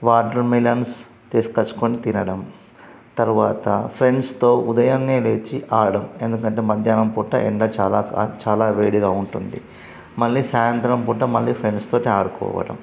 watermelons తీసుకు వచ్చుకొని తినడం తరువాత ఫ్రెండ్స్తో ఉదయాన్నే లేచి ఆడటం ఎందుకంటే మధ్యాహ్నం పూట ఎండ చాలా కా చాలా వేడిగా ఉంటుంది మళ్ళీ సాయంత్రం పూట మళ్ళీ ఫ్రెండ్స్తోటి ఆడుకోవటం